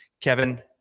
kevin